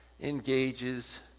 engages